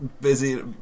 busy